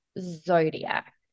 Zodiac